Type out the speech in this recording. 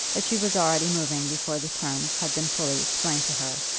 as she was already moving before the terms had been fully explained to her.